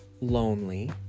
lonely